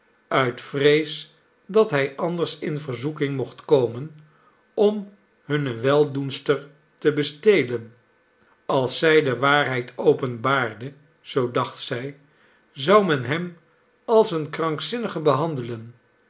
uit vrees dat hij anders in verzoeking mochtkomen om hunne weldoenster te bestelen als zij de waarheid openbaarde zoo dacht zij zou men hem als een krankzinnige behandelen